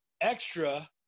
extra